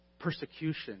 persecution